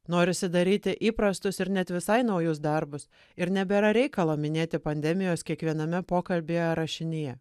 norisi daryti įprastus ir net visai naujus darbus ir nebėra reikalo minėti pandemijos kiekviename pokalbyje ar rašinyje